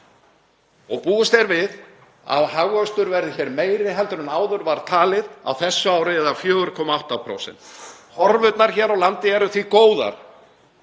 og búist er við að hagvöxtur verði hér meiri en áður var talið á þessu ári eða 4,8%. Horfurnar hér á landi eru því góðar,